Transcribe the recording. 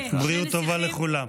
בריאות טובה לכולם.